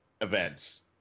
events